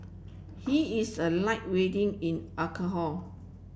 he is a light weighting in alcohol